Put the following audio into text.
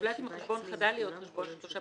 זולת אם החשבון חדל להיות חשבון של תושב